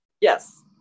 Yes